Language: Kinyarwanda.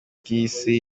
bw’isi